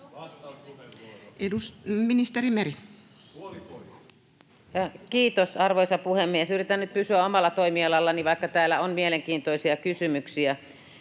hanskassa. Ministeri Meri. Kiitos, arvoisa puhemies! Yritän pysyä omalla toimialallani, vaikka täällä on mielenkiintoisia kysymyksiä.